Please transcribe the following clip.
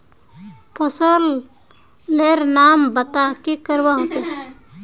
फसल लेर नाम बता की करवा होचे?